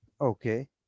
Okay